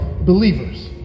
believers